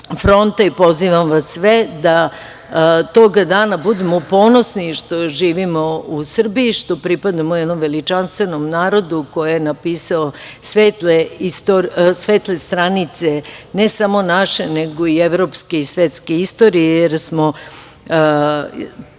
fronta. Pozivam vas sve da tog dana budemo ponosni što živimo u Srbiji, što pripadamo jednom veličanstvenom narodu koje je napisalo svetle stranice, ne samo naše, nego i evropske i svetske istorije, jer smo,